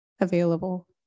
available